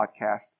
podcast